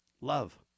love